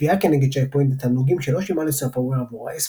תביעה כנגד צ'ק פוינט על תמלוגים שלא שילמה ל-Sofaware עבור ה-S-box.